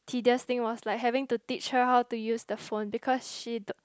tedious thing was like having to teach her how to use the phone because she don't